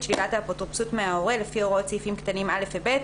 שלילת האפוטרופסות מההורה לפי הוראות סעיפים קטנים (א) או (ב),